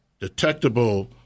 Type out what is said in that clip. detectable